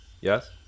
yes